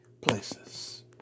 places